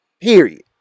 Period